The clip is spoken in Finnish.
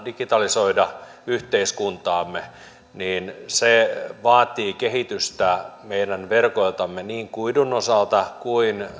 digitalisoida yhteiskuntaamme se vaatii kehitystä meidän verkoiltamme niin kuidun osalta kuin